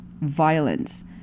violence